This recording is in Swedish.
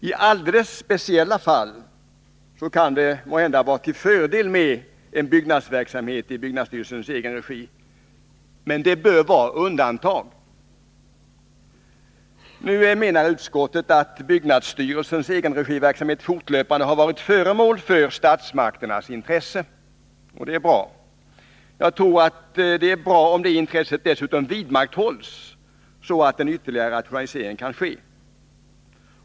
I alldeles speciella fall kan det måhända vara till fördel med en byggnadsverksamhet i byggnadsstyrelsens egen regi, men det bör vara ett undantag. Nu menar utskottet att byggnadsstyrelsens egenregiverksamhet fortlöpande har varit föremål för statsmakternas intresse. Det är bra om det intresset vidmakthålls så att en ytterligare rationalisering kan ske.